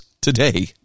today